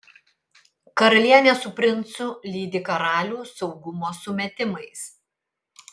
karalienė su princu lydi karalių saugumo sumetimais